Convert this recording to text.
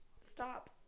stop